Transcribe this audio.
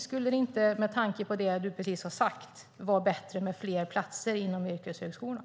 Skulle det inte med tanke på det som du precis har sagt vara bättre med fler platser inom yrkeshögskolan?